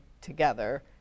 together